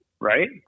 right